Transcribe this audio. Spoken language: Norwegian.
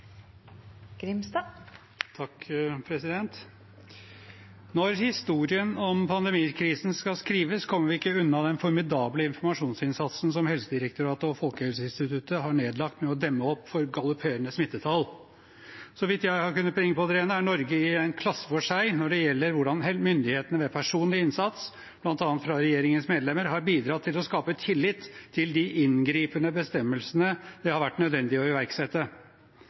Når historien om pandemikrisen skal skrives, kommer vi ikke unna den formidable informasjonsinnsatsen som Helsedirektoratet og Folkehelseinstituttet har nedlagt for å demme opp for galopperende smittetall. Så vidt jeg har kunnet bringe på det rene, er Norge i en klasse for seg når det gjelder hvordan myndighetene ved personlig innsats, bl.a. fra regjeringens medlemmer, har bidratt til å skape tillit til de inngripende bestemmelsene det har vært nødvendig å iverksette.